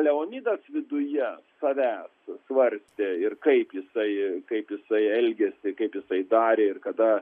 leonidas viduje savęs svarstė ir kaip jisai kaip jisai elgėsi kaip jisai darė ir kada